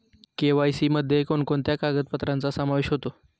KYC मध्ये कोणकोणत्या कागदपत्रांचा समावेश होतो?